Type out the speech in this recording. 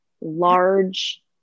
large